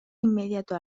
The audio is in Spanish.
inmediato